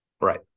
Right